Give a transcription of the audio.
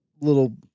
little